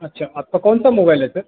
अच्छा आपका कौन सा मोबाइल है सर